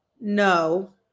no